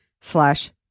slash